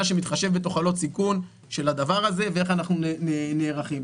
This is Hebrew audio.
שמתחשב בתוחלות סיכון של הדבר הזה ואיך אנחנו נערכים.